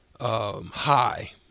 high